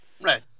Right